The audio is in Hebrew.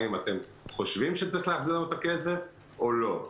האם אתם חושבים שצריך להחזיר לנו את הכסף או לא?